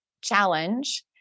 challenge